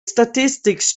statistics